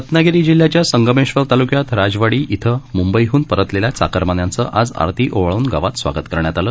रत्नागिरी जिल्ह्याच्या संगमेश्वर तालुक्यात राजवाडी इथं मुंबहन परतलेल्या चाकरमान्यांचं आज आरती ओवाळून गावात स्वागत करण्यात आलं